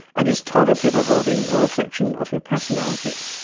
and is toilet paper hoarding a reflection of your personality?